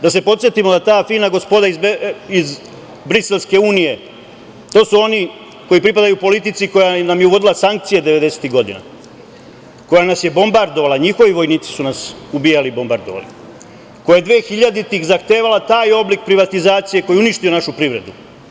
Da se podsetimo da ta fina gospoda iz briselske unije, to su oni koji pripadaju politici koja nam je uvodila sankcije 90-ih godina, koja nas je bombardovala, njihovi vojnici su nas ubijali i bombardovali, koja je 2000-ih zahtevala taj oblik privatizacije koji je uništio našu privredu.